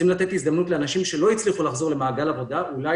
צריך לתת הזדמנות לאנשים שלא הצליחו לחזור למעגל עבודה לעבור אולי